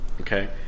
Okay